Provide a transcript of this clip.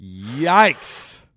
Yikes